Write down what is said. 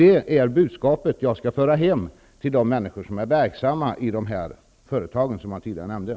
Det är tydligen det budskap jag skall ta med mig hem och som jag skall förmedla till de människor som är verksamma i de företag som tidigare nämnts.